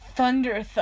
Thunder